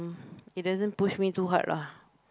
it doesn't push me too hard lah